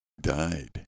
died